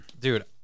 Dude